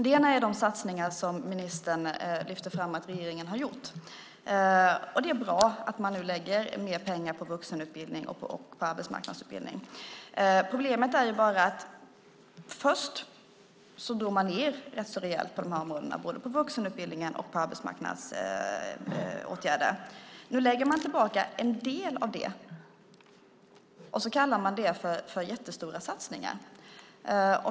En sak är de satsningar som ministern lyfter fram att regeringen har gjort. Det är bra att man nu lägger mer pengar på vuxenutbildning och på arbetsmarknadsutbildning. Problemet är bara att man först drog ned rätt så rejält på de här områdena, både på vuxenutbildningen och på arbetsmarknadsåtgärder. Nu lägger man tillbaka en del av det och kallar det för jättestora satsningar.